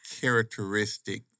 characteristic